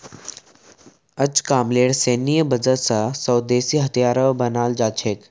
अजकामलेर सैन्य बजट स स्वदेशी हथियारो बनाल जा छेक